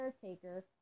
caretaker